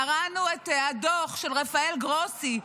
קראנו את הדוח של רפאל גרוסי,